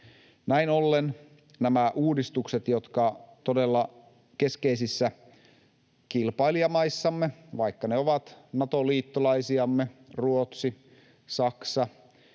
Näin ollen nämä uudistukset, jotka todella keskeisissä kilpailijamaissamme — vaikka ne ovat Nato-liittolaisiamme, Ruotsi, Saksa,